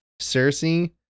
Cersei